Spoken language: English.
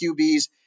QBs